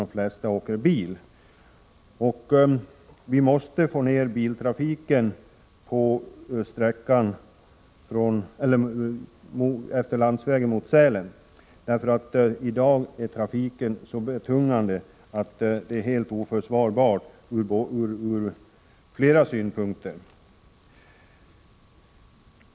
De flesta åker bil, och vi måste minska biltrafiken på landsvägen mot Sälen. I dag är trafiken så betungande att det är helt oförsvarbart ur flera synpunkter.